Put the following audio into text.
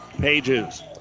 pages